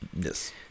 yes